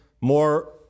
more